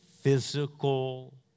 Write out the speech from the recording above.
physical